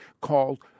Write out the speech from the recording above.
called